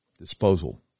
Disposal